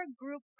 group